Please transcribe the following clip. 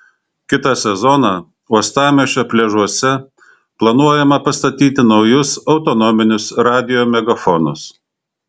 kitą sezoną uostamiesčio pliažuose planuojama pastatyti naujus autonominius radijo megafonus